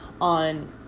on